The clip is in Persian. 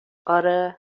آره